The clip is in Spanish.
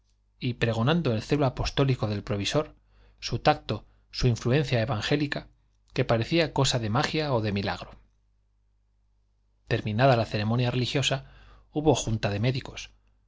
y pregonando el celo apostólico del provisor su tacto su influencia evangélica que parecía cosa de magia o de milagro terminada la ceremonia religiosa hubo junta de médicos